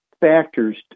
factors